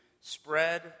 spread